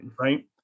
Right